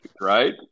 Right